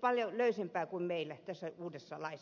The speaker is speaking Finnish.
paljon löysempää kuin meillä tässä uudessa laissa